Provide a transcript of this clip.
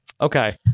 Okay